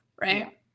right